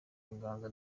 inganzo